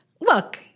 look